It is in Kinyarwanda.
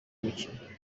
umukino